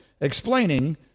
explaining